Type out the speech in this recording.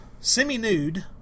semi-nude